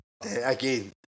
Again